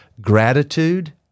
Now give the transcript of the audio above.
gratitude